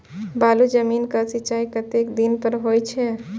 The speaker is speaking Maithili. बालू जमीन क सीचाई कतेक दिन पर हो छे?